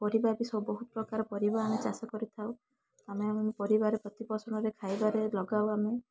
ପରିବା ବି ସବୁ ପ୍ରକାର ପରିବା ଆମେ ଚାଷ କରିଥାଉ ଆମେ ଆମ ପରିବାର ପ୍ରତିପୋଷଣରେ ଖାଇବାରେ ଲଗାଉ ଆମେ